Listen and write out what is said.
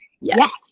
yes